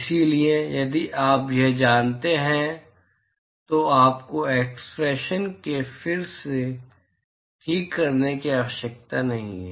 इसलिए यदि आप यह जानते हैं तो आपको एक्सप्रेशन को फिर से ठीक करने की आवश्यकता नहीं है